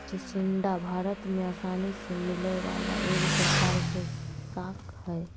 चिचिण्डा भारत में आसानी से मिलय वला एगो प्रकार के शाक हइ